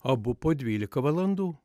abu po dvylika valandų